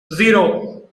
zero